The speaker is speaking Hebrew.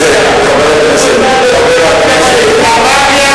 איפה היתה הדמוקרטיה, הסתיימה קריאת הביניים.